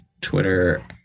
Twitter